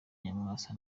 nyamwasa